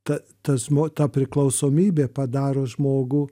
ta tas mo ta priklausomybė padaro žmogų